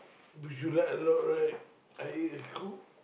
which you like a lot right I eat I cook